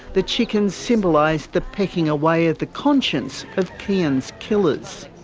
the chickens symbolise the pecking away at the conscience of kian's killers.